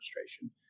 administration